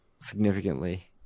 significantly